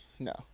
No